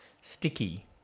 Sticky